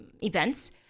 events